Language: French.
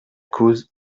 cause